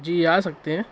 جی آ سکتے ہیں